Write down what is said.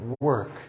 work